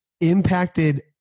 impacted